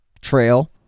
trail